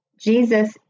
Jesus